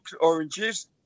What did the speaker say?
oranges